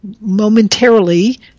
momentarily